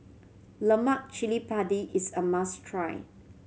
Lemak Chili Padi is a must try